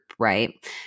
right